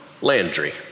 Landry